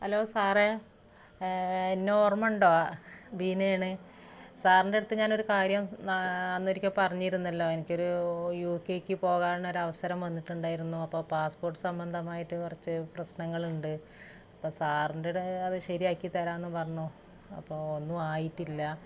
hello സാറേ എന്നോർമ്മയുണ്ടോ ബീനേണ് സാറിൻറ്റടുത്ത് ഞാനൊരു കാര്യം അന്നൊരിക്കൽ പറഞ്ഞിരുന്നല്ലോ എനിക്കൊരു യൂകെ ക്ക് പോകാനൊരവസരം വന്നിട്ടുണ്ടായിരുന്നു അപ്പോൾ പാസ്പോർട്ട് സംബന്ധമായിട്ട് കുറച്ച് പ്രശ്നങ്ങളുണ്ട് അപ്പോൾ സാറിൻ്റെ കൂടെ അത് ശരിയാക്കി തരാമെന്നു പറഞ്ഞു അപ്പോൾ ഒന്നും ആയിട്ടില്ല